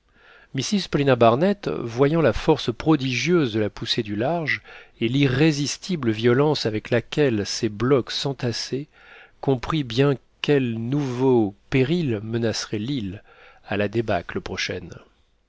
mrs paulina barnett voyant la force prodigieuse de la poussée du large et l'irrésistible violence avec laquelle ces blocs s'entassaient comprit bien quel nouveau péril menacerait l'île à la débâcle prochaine